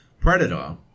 Predator